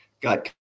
got